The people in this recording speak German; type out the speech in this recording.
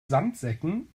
sandsäcken